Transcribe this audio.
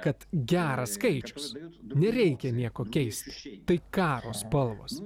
kad geras skaičius nereikia nieko keisti tai karo spalvos